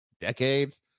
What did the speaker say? decades